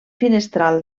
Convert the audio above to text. finestral